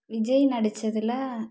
Vijay நடித்ததுல